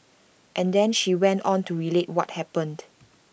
and then she went on to relate what happened